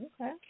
Okay